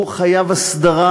הוא חייב הסדרה.